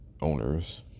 owners